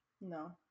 No